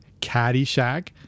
caddyshack